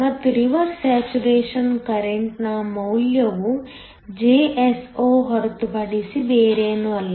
ಮತ್ತು reverse saturation ಕರೆಂಟ್ನ ಮೌಲ್ಯವು Jso ಹೊರತುಪಡಿಸಿ ಬೇರೇನೂ ಅಲ್ಲ